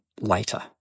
later